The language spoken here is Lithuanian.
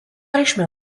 reikšmė